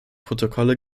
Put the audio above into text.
protokolle